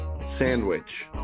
sandwich